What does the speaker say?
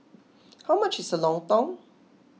how much is Lontong